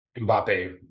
Mbappe